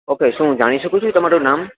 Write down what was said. okay શું જાણી શકું છુ તમારું નામ